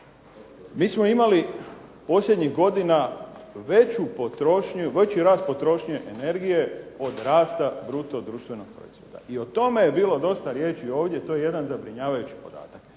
Mi smo imali posljednjih godina veću potrošnju, veći rast potrošnje energije od rasta bruto društvenog proizvoda i o tome je bilo dosta riječi ovdje, to je jedan zabrinjavajući podatak.